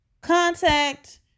contact